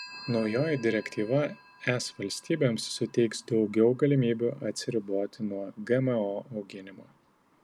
naujoji direktyva es valstybėms suteiks daugiau galimybių atsiriboti nuo gmo auginimo